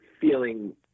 feeling